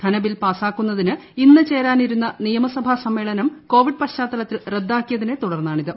ധനബിൽ പാസ്സാക്കുന്നതിന് ഇന്ന് ചേരാനിരുന്ന നിയമസഭാ സമ്മേളനം കോവിഡ് പശ്ചാത്തലത്തിൽ റദ്ദാക്കിയതിനെ തുടർന്നാണിത്